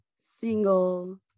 single